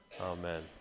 Amen